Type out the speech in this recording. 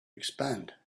expand